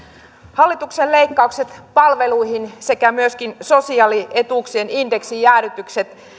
hallituksen leikkaukset palveluihin sekä myöskin sosiaalietuuksien indeksijäädytykset